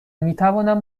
میتوانم